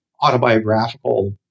autobiographical